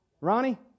ronnie